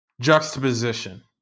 juxtaposition